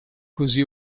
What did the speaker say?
così